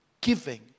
giving